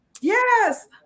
yes